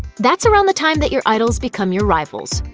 that's around the time that your idols become your rivals.